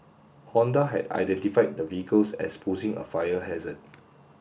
Honda had identified the vehicles as posing a fire hazard